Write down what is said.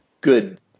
good